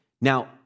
Now